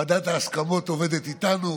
ועדת ההסכמות עובדת איתנו,